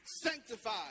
sanctified